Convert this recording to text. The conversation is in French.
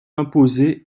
imposé